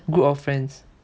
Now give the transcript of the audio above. group of friends